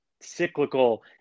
cyclical